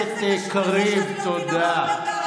חבר הכנסת קריב, תודה.